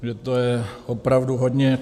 Že to je opravdu hodně.